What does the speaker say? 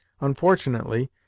Unfortunately